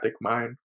mind